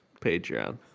Patreon